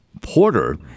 Porter